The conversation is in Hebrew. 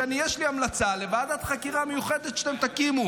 שיש לי המלצה לוועדת חקירה מיוחדת שאתם תקימו.